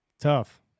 tough